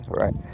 right